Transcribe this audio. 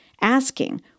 asking